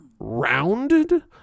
rounded